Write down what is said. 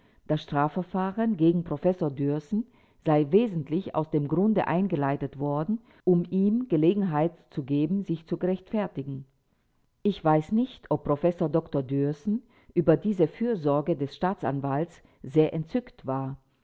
das strafverfahren gegen professor dührßen sei wesentlich aus dem grunde eingeleitet worden um ihm gelegenheit zu geben sich zu rechtfertigen ich weiß nicht ob professor dr dührßen über diese fürsorge des staatsanwalts sehr entzückt war